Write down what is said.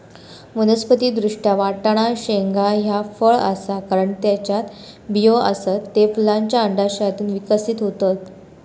वनस्पति दृष्ट्या, वाटाणा शेंगा ह्या फळ आसा, कारण त्येच्यात बियो आसत, ते फुलांच्या अंडाशयातून विकसित होतत